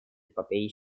popeye